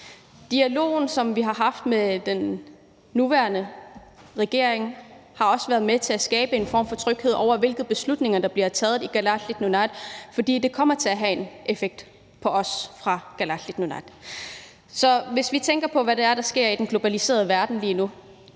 dialog, som vi har haft med den nuværende regering, har også været med til at skabe en form for tryghed i forhold til de beslutninger, der bliver taget i Danmark, for de kommer til at have en effekt for os fra Kalaallit Nunaat. Så hvis vi tænker på, hvad der lige nu sker i den globaliserede verden,